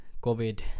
COVID